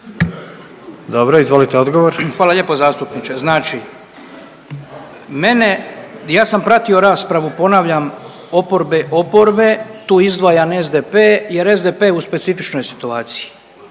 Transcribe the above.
Oleg (HDZ)** Hvala lijepo zastupniče. Znači mene, ja sam pratio raspravu, ponavljam oporbe, oporbe, tu izdvajam SDP jer je SDP u specifičnoj situaciji.